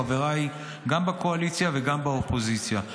חבריי גם בקואליציה וגם באופוזיציה,